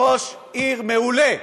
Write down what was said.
ראש עיר מעולה.